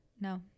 no